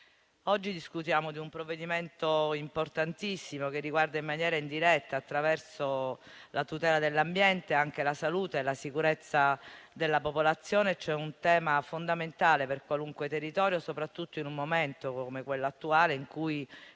oggi discutiamo di un provvedimento importantissimo che riguarda in maniera indiretta, attraverso la tutela dell'ambiente, anche la salute e la sicurezza della popolazione. È un tema fondamentale per qualunque territorio, soprattutto in un momento come quello attuale, in cui